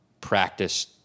practice